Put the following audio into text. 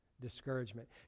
Discouragement